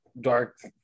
dark